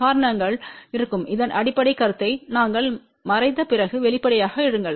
காரணங்கள் இருக்கும் இதன் அடிப்படைக் கருத்தை நாங்கள் மறைத்த பிறகு வெளிப்படையாக இருங்கள்